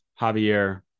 Javier